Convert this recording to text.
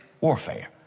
warfare